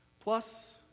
plus